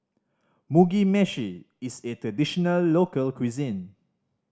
Mugi Meshi is a traditional local cuisine